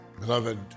Beloved